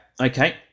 Okay